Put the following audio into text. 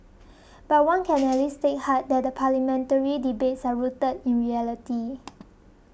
but one can at least take heart that the parliamentary debates are rooted in reality